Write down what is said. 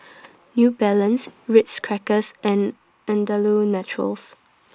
New Balance Ritz Crackers and Andalou Naturals